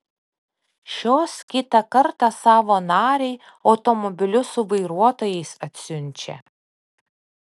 šios kitą kartą savo narei automobilius su vairuotojais atsiunčia